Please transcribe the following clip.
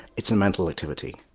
it's a mental activity.